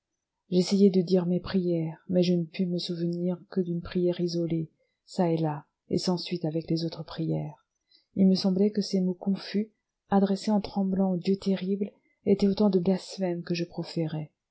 j'essayai de dire mes prières mais je ne pus me souvenir que d'une prière isolée çà et là et sans suite avec les autres prières il me semblait que ces mots confus adressés en tremblant au dieu terrible étaient autant de blasphèmes que je proférais